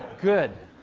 good